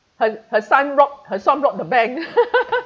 her her son rob her son rob the bank